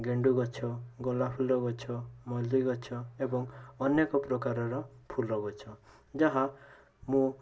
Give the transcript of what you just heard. ଗେଣ୍ଡୁ ଗଛ ଗୋଲାପ ଫୁଲ ଗଛ ମଲ୍ଲି ଗଛ ଏବଂ ଅନେକ ପ୍ରକାରର ଫୁଲ ଗଛ ଯାହା ମୁଁ